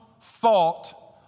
thought